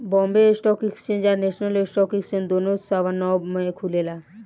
Bombay stock exchange आ national stock exchange दुनो सवा नौ में खुलेला